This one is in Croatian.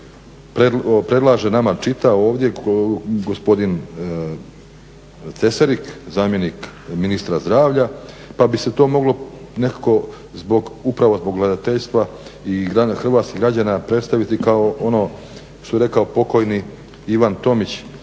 predlaže nama, čita ovdje gospodine Cesarik zamjenik ministra zdravlja, pa bi se to moglo nekako zbog upravo zbog gledateljstva i hrvatskih građana predstaviti kao ono što je rekao pokojni Ivan Tomić,